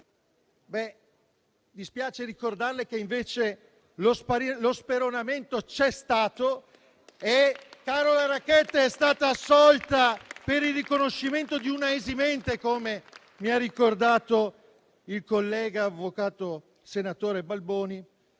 fu. Dispiace ricordarle, invece, che lo speronamento c'è stato e che Carola Rackete è stata assolta per il riconoscimento di una esimente, come mi ha ricordato il collega, avvocato senatore Balboni,